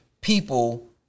people